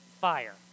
fire